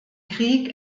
krieg